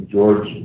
George